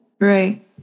right